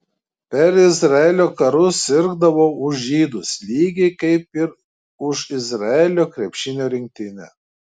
per izraelio karus sirgdavau už žydus lygiai kaip ir už izraelio krepšinio rinktinę